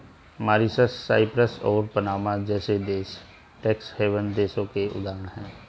Mauritius, Cyprus और Panama जैसे देश टैक्स हैवन देशों के उदाहरण है